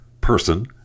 person